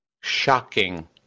shocking